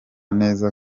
neza